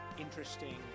interesting